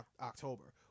October